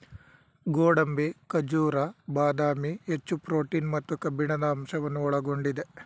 ಗೋಡಂಬಿ, ಖಜೂರ, ಬಾದಾಮಿ, ಹೆಚ್ಚು ಪ್ರೋಟೀನ್ ಮತ್ತು ಕಬ್ಬಿಣದ ಅಂಶವನ್ನು ಒಳಗೊಂಡಿದೆ